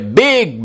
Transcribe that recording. big